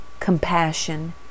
compassion